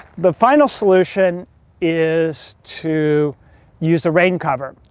the final solution is to use a rain cover.